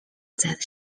that